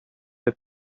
said